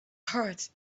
heart